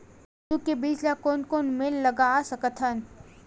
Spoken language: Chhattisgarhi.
कददू के बीज ला कोन कोन मेर लगय सकथन?